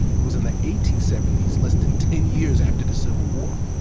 it was in the eighteen seventy s, less than ten years after the civil war.